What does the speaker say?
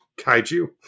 Kaiju